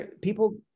people